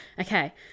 Okay